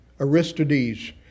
Aristides